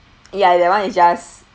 ya that [one] is just